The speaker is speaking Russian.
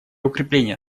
укрепления